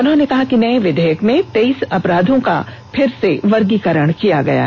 उन्होंने कहा कि नए विधेयक में तेईस अपराधों का फिर से वर्गीकरण किया गया है